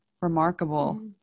remarkable